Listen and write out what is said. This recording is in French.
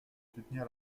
soutenir